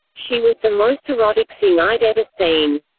she was the most erotic thing i'd ever seen.